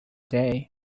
day